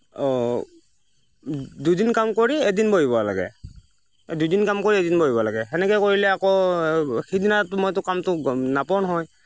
দুদিন কাম কৰি এদিন বহিব লাগে দুদিন কাম কৰি এদিন বহিব লাহে সেনেকুৱা কৰিলে আকৌ সিদিনাতো মইটো কামটো নাপাওঁ নহয়